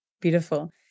Beautiful